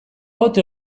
ote